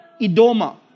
Idoma